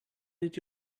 did